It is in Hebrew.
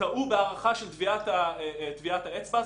הם יעשו פעולות חקירה.